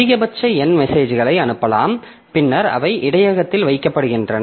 அதிகபட்சம் n மெசேஜ்களை அனுப்பலாம் பின்னர் அவை இடையகத்தில் வைக்கப்படுகின்றன